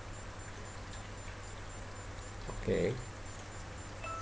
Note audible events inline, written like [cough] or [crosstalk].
okay [noise]